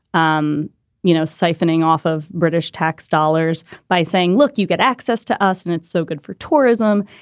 um you know, siphoning off of british tax dollars by saying, look, you get access to us and it's so good for tourism.